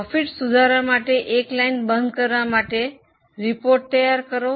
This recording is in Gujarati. નફો સુધારવા માટે એક લાઇન બંધ કરવા માટે અહેવાલ તૈયાર કરો